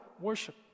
worship